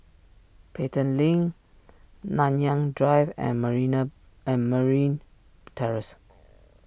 Pelton Link Nanyang Drive and marina and Marine Terrace